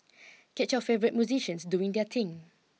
catch your favourite musicians doing their thing